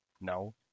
No